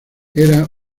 era